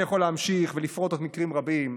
אני יכול להמשיך ולפרט עוד מקרים רבים,